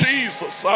Jesus